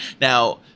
Now